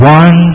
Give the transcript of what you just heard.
one